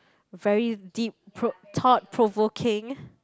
very deep pro~ thought provoking